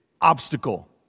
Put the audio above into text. obstacle